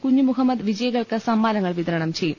കുഞ്ഞു മുഹമ്മദ് വിജയികൾക്ക് സമ്മാനങ്ങൾ വിതരണം ചെയ്യും